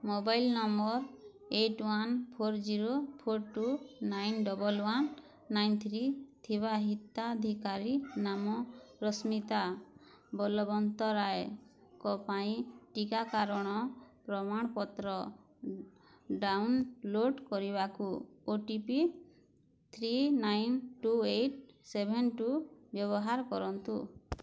mobile ନମ୍ବର eight one four zero four two nine double one nine three ଥିବା ହିତାଧିକାରୀ ନାମ ରଶ୍ମିତା ବଲବନ୍ତରାୟଙ୍କ ପାଇଁ ଟିକାକାରଣର ପ୍ରମାଣପତ୍ର ଡ଼ାଉନଲୋଡ଼୍ କରିବାକୁ ଓ T P three nine two eight seven two ବ୍ୟବହାର କରନ୍ତୁ